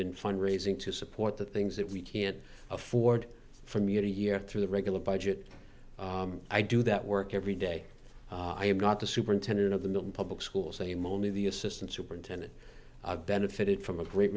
in fund raising to support the things that we can't afford from year to year through the regular budget i do that work every day i am not the superintendent of the mill public schools same only the assistant superintendent benefited from a great